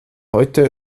heute